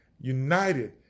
united